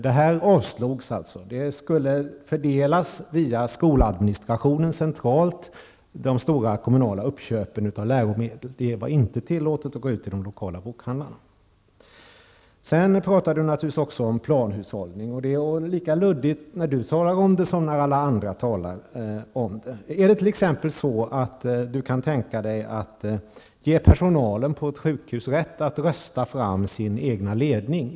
De stora kommunala uppköpen av läromedel skulle fördelas via skoladministrationen centralt. Det var inte tillåtet att gå ut till de lokala bokhandlarna. Sedan talade Bo Könberg naturligtvis även om planhushållning. Det är lika luddigt när han talar om det som när alla andra talar om det. Kan Bo Könberg t.ex. tänka sig att ge personalen på ett sjukhus rätt att rösta fram sin egen ledning?